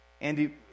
Andy